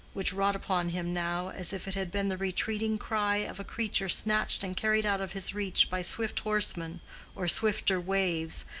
which wrought upon him now as if it had been the retreating cry of a creature snatched and carried out of his reach by swift horsemen or swifter waves,